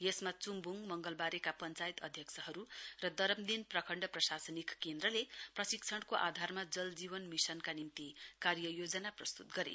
यसमा च्म्ब्ङ मशलबारेका पञ्चायत अध्यक्षहरू र दरमदिन प्रखण्ड प्रशासनिक केन्द्रले प्रशिक्षणको आधारमा जल जीवन मिशनका निम्ति कार्य योजना प्रस्तुत गरे